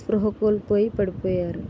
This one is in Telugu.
సృహ కోల్పోయి పడిపోయారు